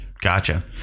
Gotcha